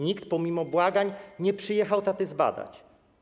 Nikt, pomimo błagań, nie przyjechał taty zbadać.